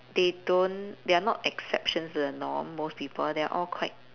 they don't they are not exceptions to the norm most people they're all quite